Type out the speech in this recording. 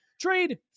trade